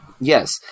yes